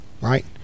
Right